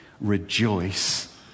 rejoice